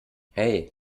hey